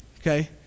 okay